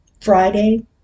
Friday